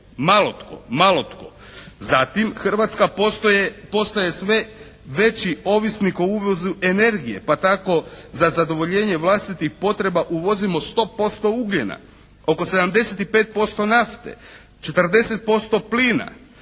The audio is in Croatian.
Malo tko! Malo tko! Zatim Hrvatska postaje sve veći ovisnik o uvozu energije pa tako za zadovoljenje vlastitih potreba uvozimo 100% ugljena, oko 75% nafte, 40% plina,